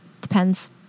depends